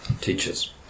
teachers